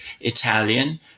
Italian